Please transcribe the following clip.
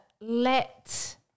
let